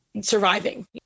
surviving